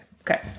okay